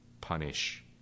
punish